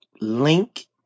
link